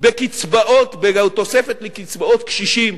בקצבאות, בתוספת לקצבאות הקשישים.